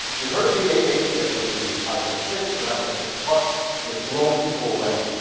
you've heard of the a eight chip with the iphone six and iphone six plus and it's blowing people away.